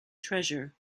treasure